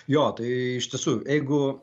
jo tai iš tiesų jeigu